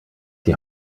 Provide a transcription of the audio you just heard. die